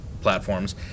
platforms